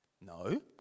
No